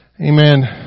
amen